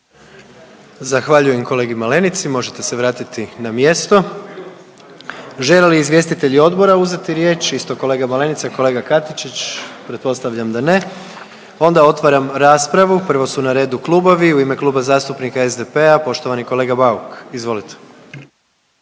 Zahvaljujem kolegi Malenici, možete se vratiti na mjesto. Žele li izvjestitelji odbora uzeti riječ, isto kolega Malenica, kolega Katičić? Pretpostavljam da ne. Onda otvaram raspravu, prvo su na redu klubovi. U ime Kluba zastupnika SDP-a poštovani kolega Bauk. Izvolite.